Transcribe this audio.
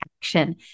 action